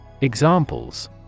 Examples